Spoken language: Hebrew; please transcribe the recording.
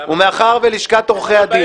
למה ----- ומאחר שלשכת עורכי הדין